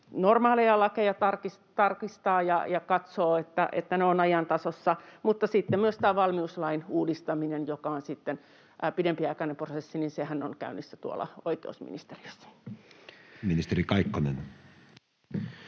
normaaleja lakeja tarkistaa ja katsoo, että ne ovat ajantasassa. Sitten tämä valmiuslain uudistaminen on pidempiaikainen prosessi, ja sehän on käynnissä tuolla oikeusministeriössä. [Speech